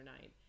night